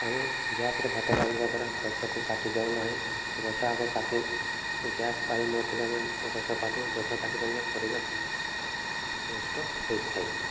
ଆମେ ଗ୍ୟାସ୍ରେ ଭାତ ରାନ୍ଧିବା ଦ୍ୱାରା ଗଛକୁ କାଟି ଯାଉ ନାହିଁ ଗଛ ଆଗ କାଟି ଗ୍ୟାସ୍ ପାଇନଥିଲେ ଆମେ ଗଛ କାଟୁ ଗଛ କାଟିଲେ ପରିବେଶ ନଷ୍ଟ ହୋଇଥାଏ